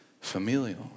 familial